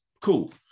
Cool